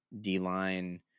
D-line